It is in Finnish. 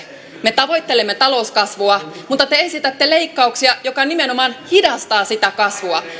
me tavoittelemme talouskasvua mutta te esitätte leikkauksia mikä nimenomaan hidastaa sitä kasvua